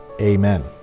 Amen